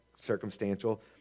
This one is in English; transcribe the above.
circumstantial